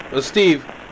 Steve